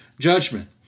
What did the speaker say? judgment